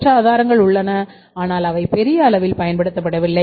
மற்ற ஆதாரங்கள் உள்ளன ஆனால் அவை பெரிய அளவில் பயன்படுத்தப்படவில்லை